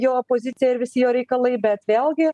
jo pozicija ir visi jo reikalai bet vėlgi